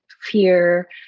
fear